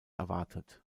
erwartet